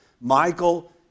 Michael